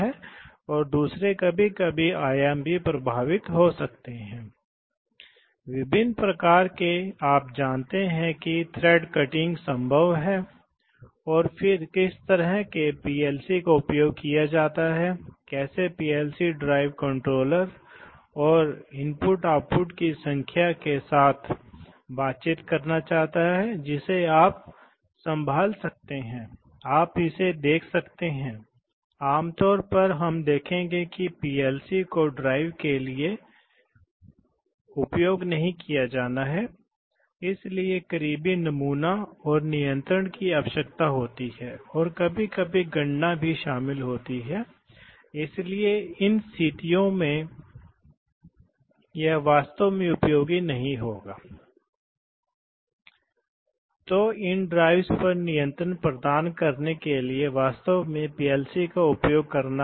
इसलिए दबाव यहां तक जाएगा और फिर यह वाल्व अब इस बॉक्स में शिफ्ट हो जाएगा जिसका अर्थ है कि यह दबाव अब निकास के लिए निकल जाएगा जिस समय यह दबाव समाप्त हो जाता है तब यह इस स्थिति में नहीं रह जाता है लेकिन यह मुफ़्त है इसलिए अब अगर आप स्टार्ट पुश बटन दबाते हैं तो फिर से यह यहाँ जा सकता है और सक्रिय हो सकता है इसलिए मूल रूप से आप देखते हैं कि हम कर सकते हैं इसलिए यह एक प्रकार की कुंडी है जहाँ एक बार स्टार्ट पुश बटन सिग्नल होता है यह कुछ ऐसा है पीएलसी लॉजिक या डिजिटल लॉजिक में एक कुंडी का सहायक संपर्क इसलिए भले ही आप स्टार्ट पुश बटन को छोड़ दें यह दबाव कि यह पायलट पोर्ट आयोजित किया जाएगा और इसलिए यह वाल्व इस स्थिति में बनाए रखेगा और यह दबाव मुख्य भार पोर्ट को बनाए रखेगा